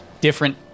different